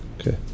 okay